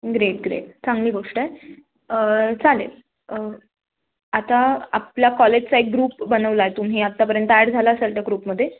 great great चांगली गोष्ट आहे चालेल आता आपल्या कॉलेजचा एक ग्रुप बनवला आहे तुम्ही आत्तापर्यंत ॲड झाला असाल त्या ग्रुपमध्ये